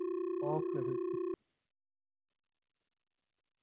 okay फिर